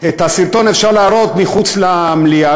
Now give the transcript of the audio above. את הסרטון אפשר להראות מחוץ למליאה,